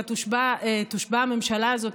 כשתושבע הממשלה הזאת,